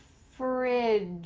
fridge.